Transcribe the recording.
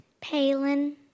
Palin